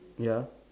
ya